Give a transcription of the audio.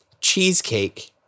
cheesecake